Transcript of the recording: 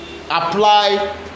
apply